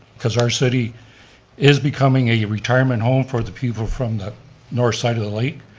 cause our city is becoming a retirement home for the people from the north side of the lake,